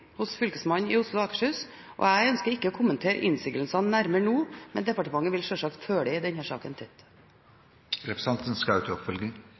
hos Fylkesmannen i Oslo og Akershus. Jeg ønsker ikke å kommentere innsigelsene nærmere nå, men departementet vil selvsagt følge denne saken tett. Ja, meklingsmøtet er berammet til